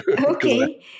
Okay